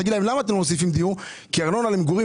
תגיד להן למה הן לא מוסיפות דיור - כי ארנונה למגורים